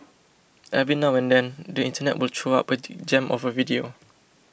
every now and then the internet will throw up a gem of a video